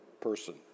person